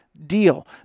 deal